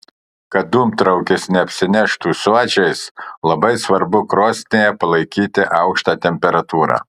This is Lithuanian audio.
kad dūmtraukis neapsineštų suodžiais labai svarbu krosnyje palaikyti aukštą temperatūrą